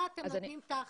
מה אתם נותנים תכל'ס?